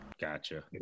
gotcha